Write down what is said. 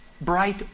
bright